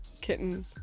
Kitten